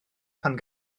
pan